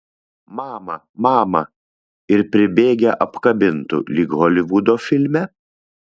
mama mama ir pribėgę apkabintų lyg holivudo filme